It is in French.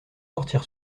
sortir